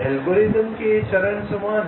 algorithm के ये चरण समान हैं